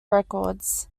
records